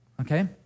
Okay